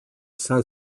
san